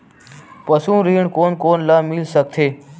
पशु ऋण कोन कोन ल मिल सकथे?